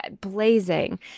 blazing